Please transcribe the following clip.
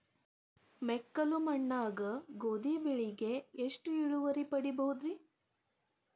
ಮೆಕ್ಕಲು ಮಣ್ಣಾಗ ಗೋಧಿ ಬೆಳಿಗೆ ಎಷ್ಟ ಇಳುವರಿ ಪಡಿಬಹುದ್ರಿ?